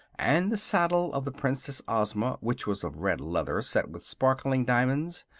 and the saddle of the princess ozma, which was of red leather set with sparkling diamonds,